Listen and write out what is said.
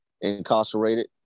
incarcerated